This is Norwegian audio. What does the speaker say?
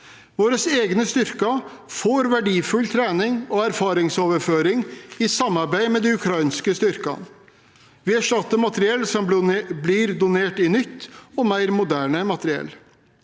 Våre egne styrker får verdifull trening og erfaringsoverføring i samarbeid med de ukrainske styrkene. Vi erstatter materiell som blir donert, med nytt og mer moderne materiell.